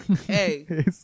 Hey